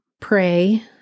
pray